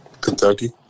Kentucky